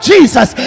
Jesus